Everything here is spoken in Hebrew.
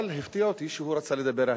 אבל הפתיע אותי שהוא רצה לדבר על